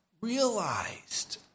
realized